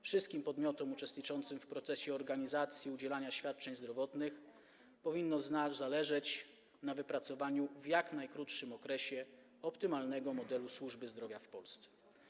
Wszystkim podmiotom uczestniczącym w procesie organizacji udzielania świadczeń zdrowotnych powinno zależeć na wypracowaniu w jak najkrótszym okresie optymalnego modelu służby zdrowia w Polsce.